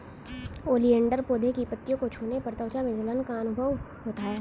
oleander पौधे की पत्तियों को छूने पर त्वचा में जलन का अनुभव होता है